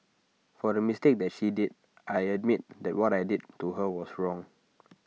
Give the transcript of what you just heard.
for the mistake that she did I admit that what I did to her was wrong